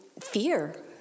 fear